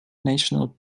national